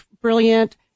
brilliant